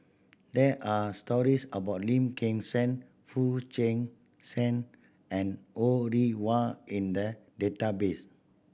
there are stories about Lim Kim San Foo Chee San and Ho Rih Hwa in the database